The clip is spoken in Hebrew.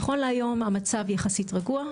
נכון להיות המצב יחסית רגוע,